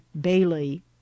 bailey